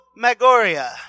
Magoria